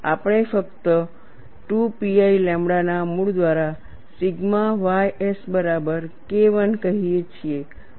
આપણે ફક્ત 2 pi lambda ના મૂળ દ્વારા સિગ્મા ys બરાબર KI કહીએ છીએ